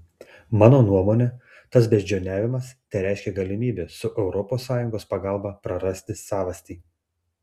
mano nuomone tas beždžioniavimas tereiškia galimybę su europos sąjungos pagalba prarasti savastį